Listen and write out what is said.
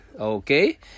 Okay